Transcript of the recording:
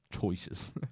choices